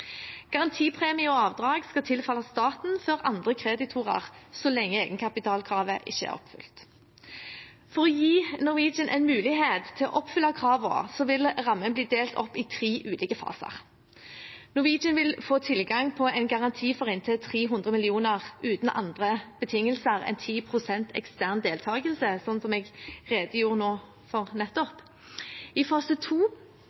Garantipremie og avdrag skal tilfalle staten før andre kreditorer så lenge egenkapitalkravet ikke er oppfylt. For å gi Norwegian en mulighet til å oppfylle kravene vil rammen bli delt opp i tre ulike faser. Norwegian vil få tilgang på en garanti for inntil 300 mill. kr uten andre betingelser enn 10 pst. ekstern deltakelse, som jeg redegjorde for nå nettopp. I fase to